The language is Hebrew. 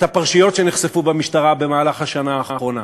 הפרשיות שנחשפו במשטרה במהלך השנה האחרונה.